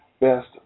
best